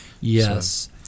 Yes